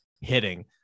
hitting